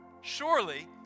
surely